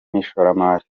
n’ishoramari